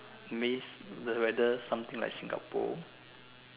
miss the weather something like Singapore